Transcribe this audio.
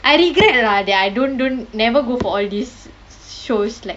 I regret lah that I don't don't never go for all these shows like